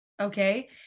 Okay